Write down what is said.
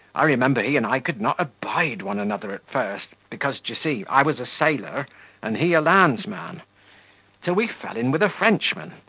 i remember he and i could not abide one another at first, because, d'ye see, i was a sailor and he a landsman till we fell in with a frenchman,